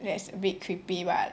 a bit creepy but